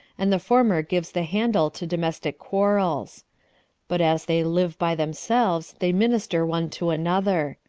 and the former gives the handle to domestic quarrels but as they live by themselves, they minister one to another.